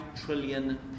trillion